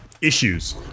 Issues